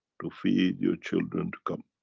to feed your children to come.